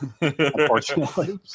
unfortunately